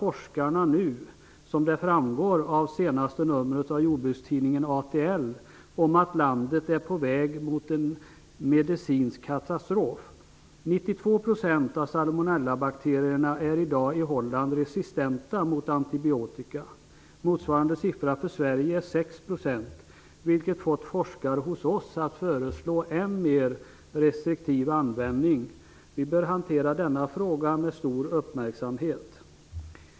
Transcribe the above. I talar forskare om att landet är på väg mot en medicinsk katastrof. 92 % av salmonellabakterierna är resistenta mot antibiotika i Holland i dag. Motsvarande siffra för Sverige är 6 %, vilket fått forskare hos oss att föreslå en än mer restriktiv användning. Vi bör ägna denna fråga stor uppmärksamhet.